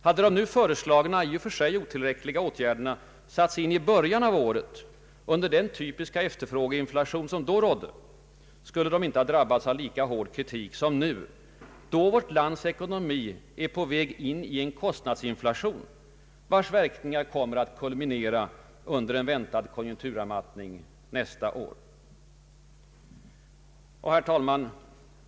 Hade de nu föreslagna — i och för sig otillräckliga — åtgärderna satts in i början av året, under den typiska efterfrågeinflation som då rådde, skulle de inte ha drabbats av lika hård kritik som nu, då vårt lands ekonomi är på väg in i en kostnadsinflation, vars verkningar kommer att kulminera under en väntad konjunkturavmattning nästa år. Herr talman!